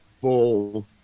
full